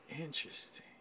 Interesting